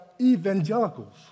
evangelicals